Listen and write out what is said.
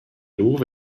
lur